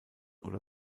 oder